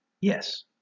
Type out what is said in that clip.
Yes